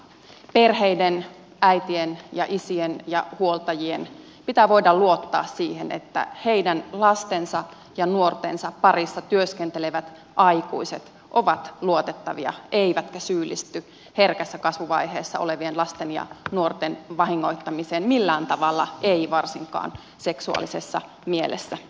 perheiden äitien ja isien ja huoltajien pitää voida luottaa siihen että heidän lastensa ja nuortensa parissa työskentelevät aikuiset ovat luotettavia eivätkä syyllisty herkässä kasvuvaiheessa olevien lasten ja nuorten vahingoittamiseen millään tavalla eivät varsinkaan seksuaalisessa mielessä